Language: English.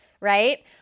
right